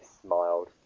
smiled